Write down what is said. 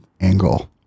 angle